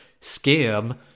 scam